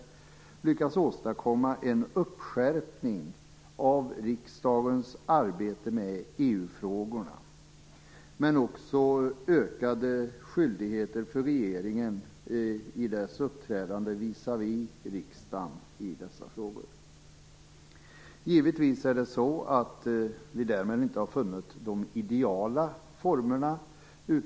Vi har lyckats åstadkomma en uppskärpning av riksdagens arbete med EU-frågorna, men också ökade skyldigheter för regeringen i dess uppträdande visavi riksdagen i dessa frågor. Det är givetvis inte så att vi därmed har funnit de ideala formerna.